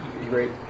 great